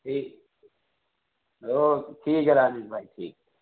ٹھیک اوکے ٹھیک ہے راجیش بھائی ٹھیک ہے